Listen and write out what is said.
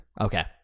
okay